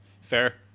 Fair